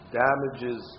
damages